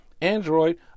Android